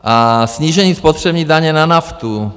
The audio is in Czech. A snížení spotřební daně na naftu.